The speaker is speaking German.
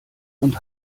und